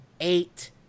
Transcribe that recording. eight